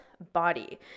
body